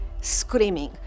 screaming